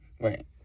Right